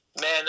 Man